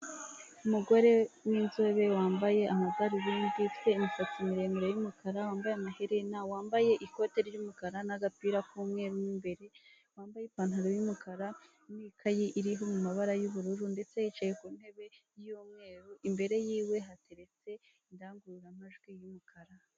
Umugore w'inzobe wambaye amadarubindi ufite imisatsi miremire yumukara wambaye amaherena wambaye ikoti ry'umukara n'agapira imbere wambaye ipantaro y'umukara n'ikayi iriho mumabara y'ubururu ndetse yicaye ku ntebe yumweru imbere yiwe hateretse indangurura majwi y'umukara.